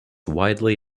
widely